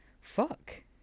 Fuck